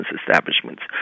establishments